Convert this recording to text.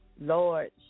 Lord